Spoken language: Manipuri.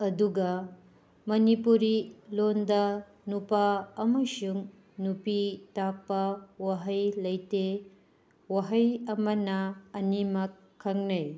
ꯑꯗꯨꯒ ꯃꯅꯤꯄꯨꯔꯤ ꯂꯣꯟꯗ ꯅꯨꯄꯥ ꯑꯃꯁꯨꯡ ꯅꯨꯄꯤ ꯇꯥꯛꯄ ꯋꯥꯍꯩ ꯂꯩꯇꯦ ꯋꯥꯍꯩ ꯑꯃꯅ ꯑꯅꯤꯃꯛ ꯈꯪꯅꯩ